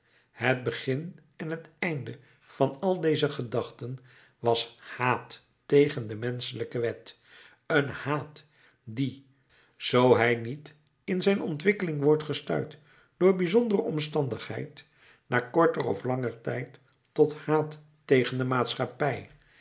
het begin en het einde van al deze gedachten was haat tegen de menschelijke wet een haat die zoo hij niet in zijn ontwikkeling wordt gestuit door bijzondere omstandigheid na korter of langer tijd tot haat tegen de maatschappij